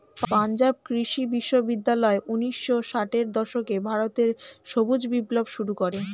পাঞ্জাব কৃষি বিশ্ববিদ্যালয় ঊন্নিশো ষাটের দশকে ভারতে সবুজ বিপ্লব শুরু করে